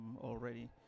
already